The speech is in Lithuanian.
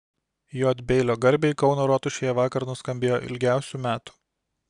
j beilio garbei kauno rotušėje vakar nuskambėjo ilgiausių metų